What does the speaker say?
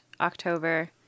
October